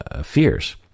fears